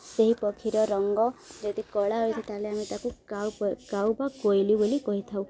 ସେହି ପକ୍ଷୀର ରଙ୍ଗ ଯଦି କଳା ହୋଇଥାଏ ତାହେଲେ ଆମେ ତାକୁ କାଉ କାଉ ବା କୋଇଲି ବୋଲି କହିଥାଉ